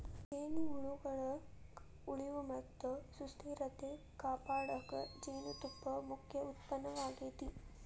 ಜೇನುಹುಳಗಳ ಉಳಿವು ಮತ್ತ ಸುಸ್ಥಿರತೆ ಕಾಪಾಡಕ ಜೇನುತುಪ್ಪ ಮುಖ್ಯ ಉತ್ಪನ್ನವಾಗೇತಿ